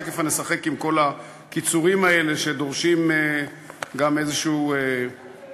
תכף נשחק עם כל הקיצורים האלה שדורשים גם איזה מפענח,